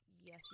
Yes